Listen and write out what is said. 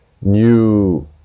new